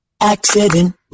Accident